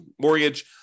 mortgage